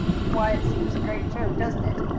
why, it seems a great joke, doesn't it.